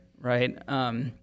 right